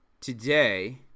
today